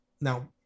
Now